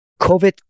COVID